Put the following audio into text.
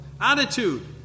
attitude